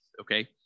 Okay